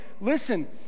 listen